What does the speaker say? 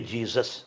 Jesus